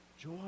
joy